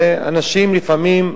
ואנשים לפעמים בורחים,